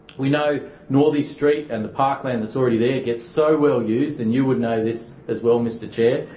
we know northey street and the parkland that's already there gets so well used and you would know this as well, mr chair,